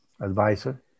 advisor